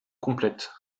complète